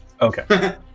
okay